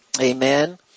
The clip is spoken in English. Amen